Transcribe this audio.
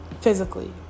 physically